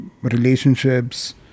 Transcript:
relationships